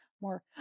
more